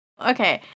Okay